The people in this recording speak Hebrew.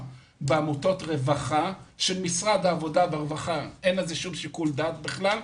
בעמותות רווחה שלמשרד העבודה והרווחה אין שיקול דעת בכלל,